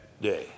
day